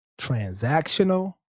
transactional